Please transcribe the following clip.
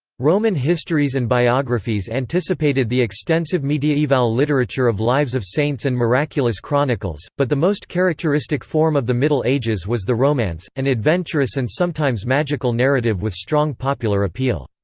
roman histories and biographies anticipated the extensive mediaeval literature of lives of saints and miraculous chronicles, but the most characteristic form of the middle ages was the romance, an adventurous and sometimes magical narrative with strong popular appeal.